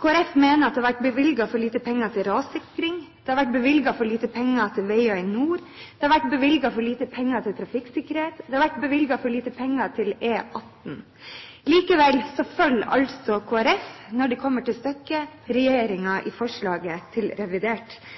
Kristelig Folkeparti mener at det har vært bevilget for lite penger til rassikring, at det har vært bevilget for lite penger til veier i nord, at det har vært bevilget for lite penger til trafikksikkerhet, og at det har vært bevilget for lite penger til E18. Likevel følger altså Kristelig Folkeparti – når det kommer til